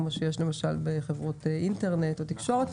כמו שיש למשל בחברות אינטרנט או תקשורת,